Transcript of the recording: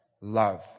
Love